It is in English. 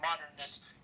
modernness